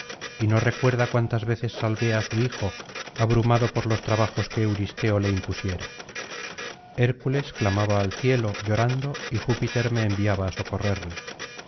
y no recuerda cuántas veces salvé á su hijo abrumado por los trabajos que euristeo le impusiera hércules clamaba al cielo llorando y júpiter me enviaba á socorrerle